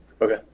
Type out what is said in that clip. Okay